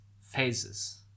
phases